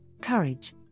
courage